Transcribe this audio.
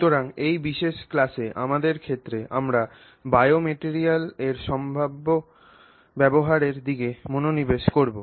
সুতরাং এই বিশেষ ক্লাসে আমাদের ক্ষেত্রে আমরা বায়োমেটেরিয়ালের সম্ভাব্য ব্যবহারের দিকে মনোনিবেশ করব